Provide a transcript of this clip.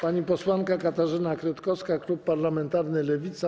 Pani posłanka Katarzyna Kretkowska, Klub Parlamentarny Lewica.